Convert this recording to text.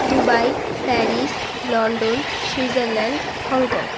Dubai Paris London Switzerland Hong Kong